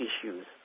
issues